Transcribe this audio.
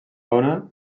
fauna